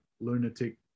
lunatic